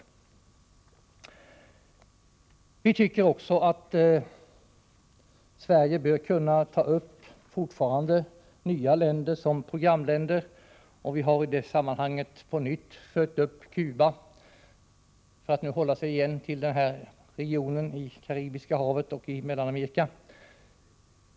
Vi tycker också att Sverige fortfarande kan ta upp nya länder som programländer, och vi har i det sammanhanget på nytt fört upp Cuba — för att hålla sig till den här regionen i Karibiska havet och Mellanamerika.